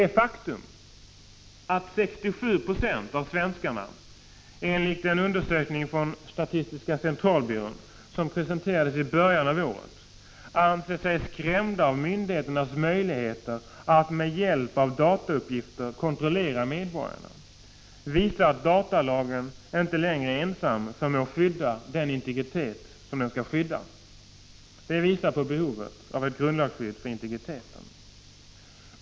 Det faktum att 67 96 av svenskarna, enligt en undersökning från statistiska centralbyrån som presenterades i början av året, känner sig skrämda av myndigheternas möjligheter att med hjälp av datauppgifter kontrollera medborgarna visar att datalagen inte längre ensam förmår skydda den integritet som den skall skydda. Detta visar på behovet av ett grundlagsskydd för integriteten.